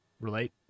relate